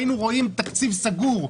היינו רואים תקציב סגור.